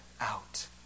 out